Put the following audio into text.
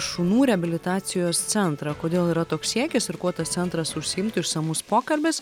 šunų reabilitacijos centrą kodėl yra toks siekis ir kuo tas centras užsiimtų išsamus pokalbis